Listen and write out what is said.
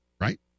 Right